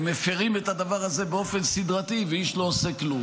מפירים את הדבר הזה באופן סדרתי ואיש לא עושה כלום?